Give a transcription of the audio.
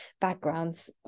backgrounds